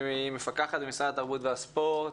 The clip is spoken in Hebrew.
מפקחת במשרד התרבות והספורט.